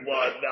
one